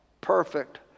Perfect